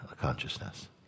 consciousness